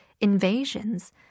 invasions